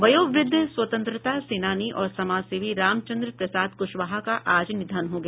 वयोवृद्ध स्वतंत्रता सेनानी और समाजसेवी रामचंद्र प्रसाद कुशवाहा का आज निधन हो गया